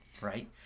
right